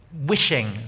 wishing